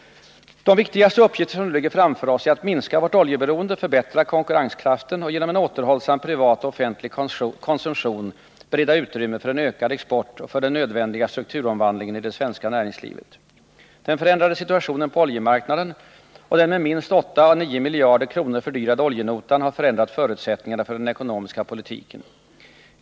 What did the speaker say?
De viktigaste uppgifter som nu ligger framför oss är att minska vårt oljeberoende, förbättra konkurrenskraften och genom en återhållsam privat och offentlig konsumtion bereda utrymme för en ökad export och för den nödvändiga strukturomvandlingen i det svenska näringslivet. Den förändrade situationen på oljemarknaden och den med minst 8 äå 9 miljarder kronor fördyrade oljenotan har förändrat förutsättningarna för den ekonomiska politiken.